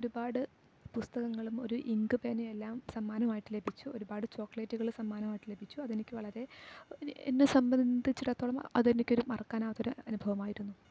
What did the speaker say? ഒരുപാട് പുസ്തകങ്ങളും ഒരു ഇങ്ക് പേനയെല്ലാം സമ്മാനമായിട്ട് ലഭിച്ചു ഒരുപാട് ചോക്ലേറ്റ്കൾ സമ്മാനമായിട്ട് ലഭിച്ചു അതെനിക്ക് വളരെ എന്നെ സംബന്ധിച്ചിടത്തോളം അതെനിക്കൊരു മറക്കാനാവാത്തൊരു അനുഭവമായിരുന്നു